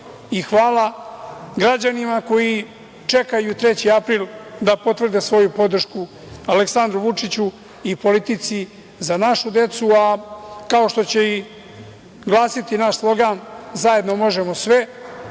hvala građanima koji čekaju 3. april da potvrde svoju podršku Aleksandru Vučiću i politici za našu decu, a kao što će i glasiti naš slogan „Zajedno možemo sve“,